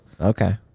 Okay